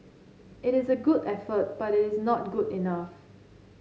it is a good effort but it is not good enough